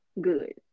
good